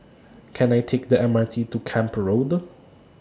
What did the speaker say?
Can I Take The MRT to Camp Road